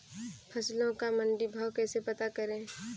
फसलों का मंडी भाव कैसे पता करें?